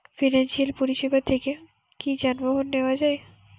Financial পরিসেবা থেকে কি যানবাহন নেওয়া যায়?